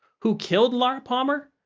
who killed laura palmer?